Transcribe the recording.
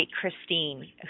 Christine